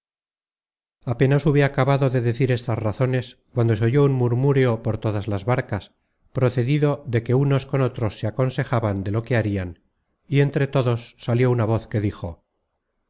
apenas hube acabado de decir estas razones cuando se oyó un murmúreo por todas las barcas procedido de que unos con otros se aconsejaban de lo que harian y entre todos salió una voz que dijo